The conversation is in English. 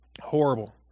Horrible